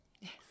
Yes